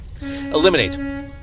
eliminate